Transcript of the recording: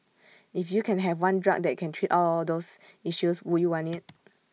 if you can have one drug that can treat all those issues would you want IT